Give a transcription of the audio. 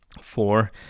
Four